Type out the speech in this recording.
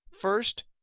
first